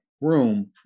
room